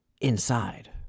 Inside